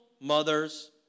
mothers